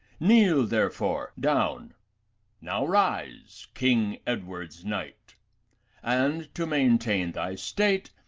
kneel, therefore, down now rise, king edward's knight and, to maintain thy state,